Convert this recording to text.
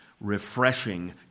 refreshing